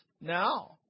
now